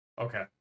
Okay